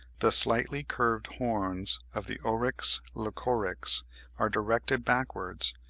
the slightly-curved horns of the oryx leucoryx are directed backwards,